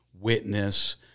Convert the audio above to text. witness